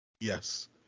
Yes